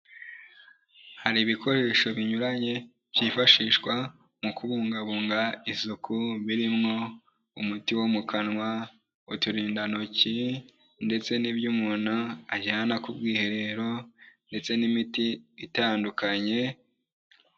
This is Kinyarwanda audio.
Hari ibikoresho binyuranye byifashishwa mu kubungabunga isuku, birimo umuti wo mu kanwa, uturindantoki ndetse n'ibyo umuntu ajyana ku bwiherero ndetse n'imiti itandukanye.